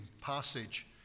passage